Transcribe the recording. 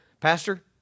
Pastor